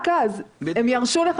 תסגור את בתי המשפט ורק אז רק אז הם ירשו לך